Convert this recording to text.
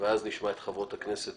ואז נשמע את התייחסות חברות הכנסת.